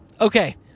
Okay